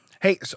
Hey